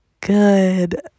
good